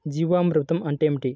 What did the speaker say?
జీవామృతం అంటే ఏమిటి?